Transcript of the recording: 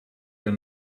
your